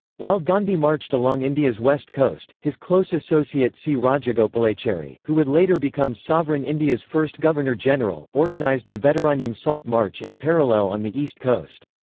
while gandhi marched along india's west coast, his close associate c. rajagopalachari, who would later become sovereign india's first governor-general, organized the vedaranyam salt march in parallel on the east coast.